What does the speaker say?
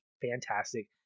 fantastic